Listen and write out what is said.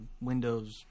Windows